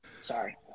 Sorry